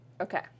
Okay